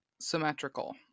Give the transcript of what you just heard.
symmetrical